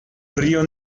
río